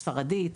ספרדית,